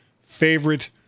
favorite